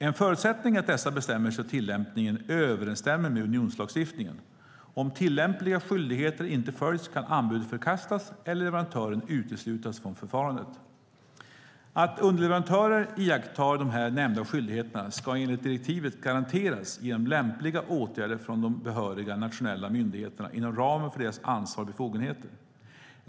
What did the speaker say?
En förutsättning är att dessa bestämmelser och tillämpningen överensstämmer med unionslagstiftningen. Om tillämpliga skyldigheter inte följs kan anbudet förkastas eller leverantören uteslutas från förfarandet. Att underleverantörer iakttar nämnda skyldigheter ska enligt direktivet garanteras genom lämpliga åtgärder från de behöriga nationella myndigheterna inom ramen för deras ansvar och befogenheter.